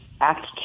Act